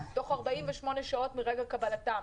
תוך 48 שעות מרגע קבלתם,